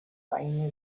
time